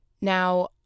Now